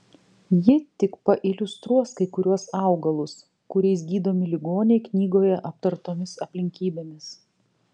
ji tik pailiustruos kai kuriuos augalus kuriais gydomi ligoniai knygoje aptartomis aplinkybėmis